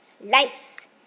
Life